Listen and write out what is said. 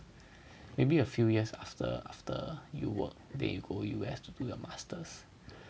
maybe a few years after after you work then you go U_S to do your masters